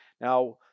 Now